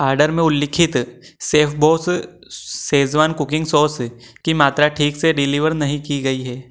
order में उल्लिखित सेफबॉस सेज़वान कुकिंग सॉस की मात्रा ठीक से डिलीवर नहीं की गई है